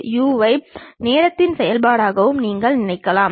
இந்தக் கோடுகள் மற்றும் புள்ளிகளை a b c d அல்லது 123 என்று பெயர் குறிக்கலாம்